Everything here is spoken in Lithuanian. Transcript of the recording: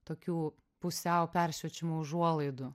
tokių pusiau peršviečiamų užuolaidų